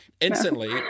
Instantly